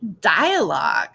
dialogue